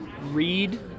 read